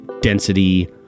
density